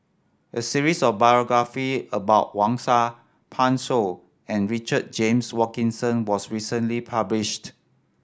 a series of biography about Wang Sha Pan Shou and Richard James Wilkinson was recently published